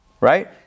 right